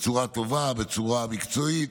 בצורה טובה, בצורה מקצועית,